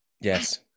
Yes